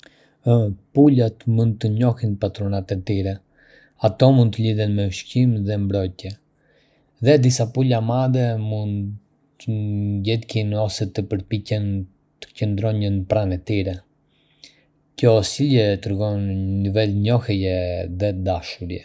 Hëh, pulat mund të njohin patrunat e tyre. Ato mund t'i lidhin me ushqim dhe mbrojtje, dhe disa pula madje mund t'i ndjekin ose të përpiqen të qëndrojnë pranë tyre. Kjo sjellje tregon një nivel njohjeje dhe dashurie.